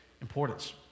importance